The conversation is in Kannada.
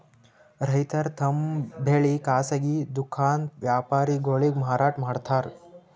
ರೈತರ್ ತಮ್ ಬೆಳಿ ಖಾಸಗಿ ದುಖಾನ್ ವ್ಯಾಪಾರಿಗೊಳಿಗ್ ಮಾರಾಟ್ ಮಾಡ್ತಾರ್